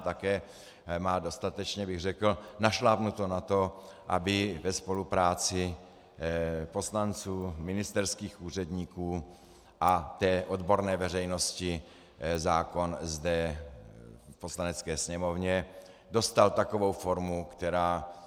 Také má dostatečně, bych řekl, našlápnuto na to, aby ve spolupráci poslanců, ministerských úředníků a odborné veřejnosti zákon zde v Poslanecké sněmovně dostal takovou formu, která...